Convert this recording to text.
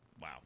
Wow